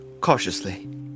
cautiously